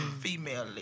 female